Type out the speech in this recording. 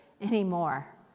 anymore